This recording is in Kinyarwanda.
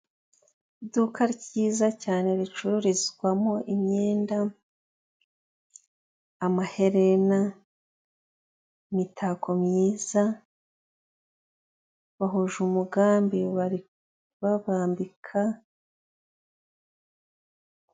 Iduka ryiza cyane ricururizwamo imyenda, amaherena, imitako myiza bahuje umugambi babambika.